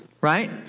right